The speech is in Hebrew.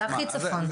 כן, זה הכי צפון.